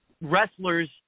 wrestlers